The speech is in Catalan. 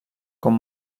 com